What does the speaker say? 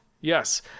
Yes